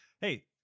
Hey